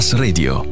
Radio